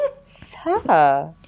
Sir